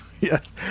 Yes